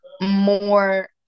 more